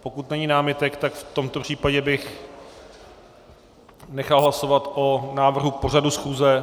Pokud není námitek, tak v tomto případě bych nechal hlasovat o návrhu k pořadu schůze...